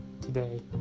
today